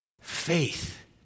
Faith